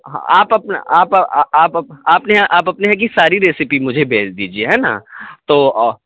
ہاں آپ اپنا آپ آپ آپ نے آپ اپنے یہاں کی ساری ریسیپی مجھے بھیج دیجیے ہے نا تو